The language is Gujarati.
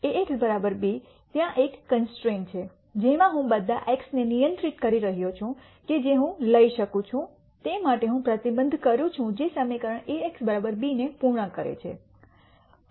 તેથી ax b ત્યાં એક કન્સ્ટ્રેન્ટ છે જેમાં હું બધા એક્સને નિયંત્રિત કરી રહ્યો છું કે જે હું લઈ શકું છું તે માટે હું પ્રતિબંધિત કરું છું જે સમીકરણ ax b ને પૂર્ણ કરે છે